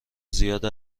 زیاد